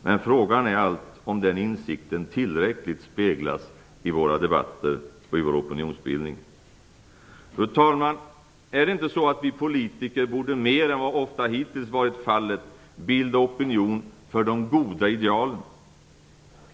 Men frågan är allt om den insikten tillräckligt speglas i våra debatter och vår opinionsbildning. Fru talman! Är det inte så att vi politiker borde, mer än vad som ofta hittills varit fallet, bilda opinion för de goda idealen?